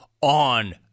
on